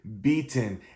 beaten